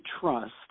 trust